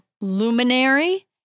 luminary